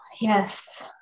yes